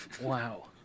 wow